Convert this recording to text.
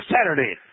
Saturday